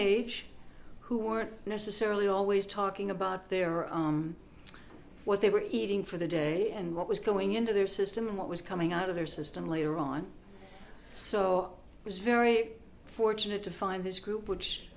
age who weren't necessarily always talking about their own what they were eating for the day and what was going into their system and what was coming out of their system later on so it was very fortunate to find this group which